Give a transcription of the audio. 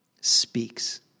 speaks